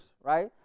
right